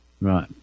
Right